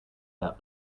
that